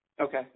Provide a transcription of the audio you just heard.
Okay